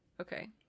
Okay